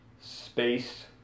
Space